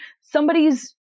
somebody's